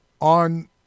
on